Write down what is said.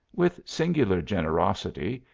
with singular generosity,